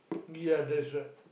ya that's right